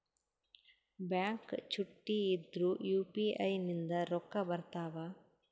Bank ಚುಟ್ಟಿ ಇದ್ರೂ UPI ನಿಂದ ರೊಕ್ಕ ಬರ್ತಾವಾ?